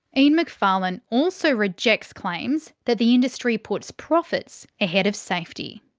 ian macfarlane also rejects claims that the industry puts profits ahead of safety.